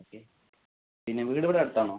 okay പിന്നെ വീടിവിടെ അടുത്താണോ